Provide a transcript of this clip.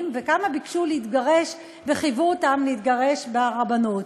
וכמה ביקשו להתגרש וחייבו אותם להתגרש ברבנות.